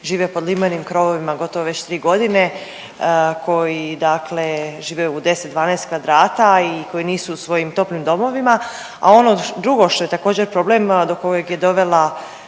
žive pod limenim krovovima gotovo već 3 godine, koji dakle žive u 10, 12 kvadrata i koji nisu u svojim toplim domovima, a ono drugo što je također, problem do kojeg je dovela